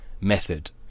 method